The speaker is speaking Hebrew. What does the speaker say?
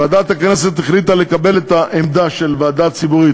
ועדת הכנסת החליטה לקבל את העמדה של הוועדה הציבורית,